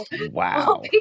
Wow